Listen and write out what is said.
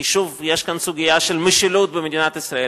כי שוב, יש כאן סוגיה של משילות במדינת ישראל.